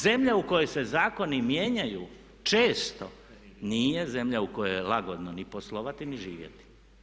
Zemlja u kojoj se zakoni mijenjaju često zemlja u kojoj je lagodno ni poslovati ni živjeti.